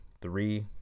three